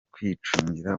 kwicungira